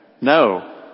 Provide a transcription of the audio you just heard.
No